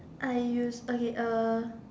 I use okay uh